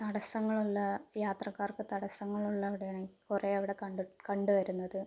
തടസ്സങ്ങളുള്ള യാത്രക്കാർക്ക് തടസ്സങ്ങൾ ഉള്ളതവിടെയാണ് കുറേ അവിടെ കണ്ടി കണ്ട് വരുന്നത്